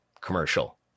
commercial